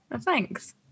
thanks